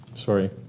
Sorry